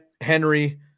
Henry